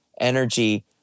energy